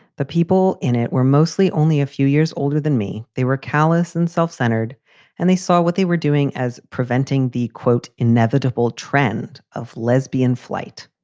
the people in it were mostly only a few years older than me. they were callous and self-centered and they saw what they were doing as preventing the, quote, inevitable trend of lesbian flight.